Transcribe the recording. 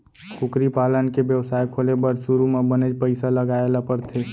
कुकरी पालन के बेवसाय खोले बर सुरू म बनेच पइसा लगाए ल परथे